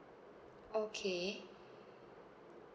okay